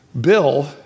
Bill